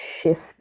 shift